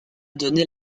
donné